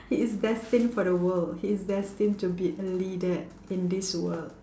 he is destined for the world he is destined to be a leader in this world